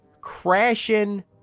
Crashing